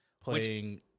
playing